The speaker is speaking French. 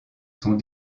sont